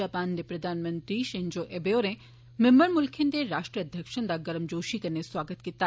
Japan दे प्रधानमंत्री Shinzo Abe होरें मिंबर मुल्खें दे राष्ट्र अध्यक्षें दा गर्मजोषी कन्नै सुआगत कीता